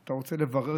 אם אתה רוצה לברר,